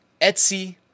Etsy